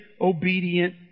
obedient